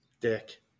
Dick